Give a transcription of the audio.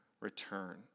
return